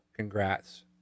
congrats